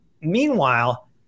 Meanwhile